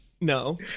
No